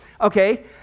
okay